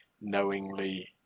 knowingly